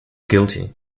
guilty